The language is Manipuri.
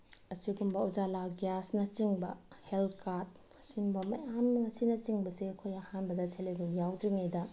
ꯑꯁꯤꯒꯨꯝꯕ ꯎꯖꯥꯂꯥ ꯒ꯭ꯌꯥꯁꯅꯆꯤꯡꯕ ꯍꯦꯜ ꯀꯥꯔꯠ ꯑꯁꯤꯒꯨꯝꯕ ꯃꯌꯥꯝ ꯑꯁꯤꯅꯆꯤꯡꯕꯁꯦ ꯑꯩꯈꯣꯏ ꯑꯍꯥꯟꯕꯗ ꯁꯦꯜꯐ ꯍꯦꯜꯞ ꯒ꯭ꯔꯨꯞ ꯌꯥꯎꯗ꯭ꯔꯤꯉꯩꯗ